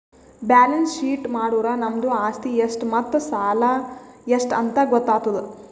balance sheet ಮಾಡುರ್ ನಮ್ದು ಆಸ್ತಿ ಎಷ್ಟ್ ಮತ್ತ ಸಾಲ ಎಷ್ಟ್ ಅಂತ್ ಗೊತ್ತಾತುದ್